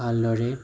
ভালদৰে